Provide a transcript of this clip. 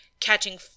catching